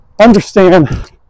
understand